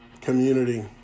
community